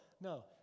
No